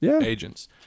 agents